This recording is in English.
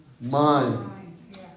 mind